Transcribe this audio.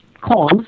cause